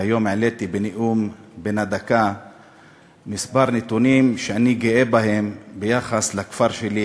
והיום העליתי בנאום בן הדקה כמה נתונים שאני גאה בהם ביחס לכפר שלי,